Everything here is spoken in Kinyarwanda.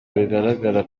bigaragara